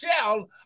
shell